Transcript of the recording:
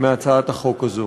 מהצעת החוק הזאת,